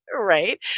right